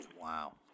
Wow